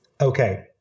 Okay